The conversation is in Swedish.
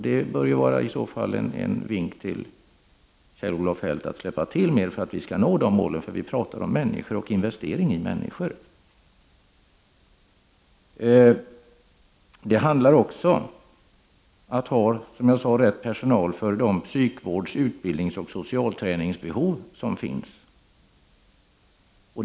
Det bör i så fall vara en vink till Kjell-Olof Feldt om att släppa till mer för att vi skall nå målen — för vi talar om människor och investering i människor. Det handlar också om att ha rätt personal för de psykvårds-, utbildningsoch socialträningsbehov som finns.